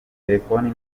telefoni